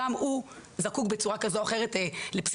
גם הוא זקוק בצורה כזאת או אחרת לפסיכולוגים,